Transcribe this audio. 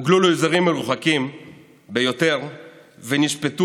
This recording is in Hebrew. הוגלו לאזורים המרוחקים ביותר ונשפטו